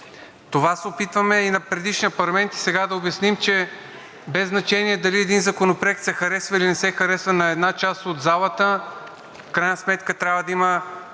Това се опитваме да обясним и на предишния парламент, и сега, че без значение дали един законопроект се харесва, или не се харесва на една част от залата, в крайна сметка трябва да има